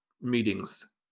meetings